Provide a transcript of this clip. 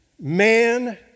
Man